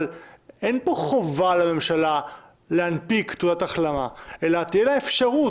אבל אין פה חובה לממשלה להנפיק תעודת החלמה אלא תהיה לה אפשרות.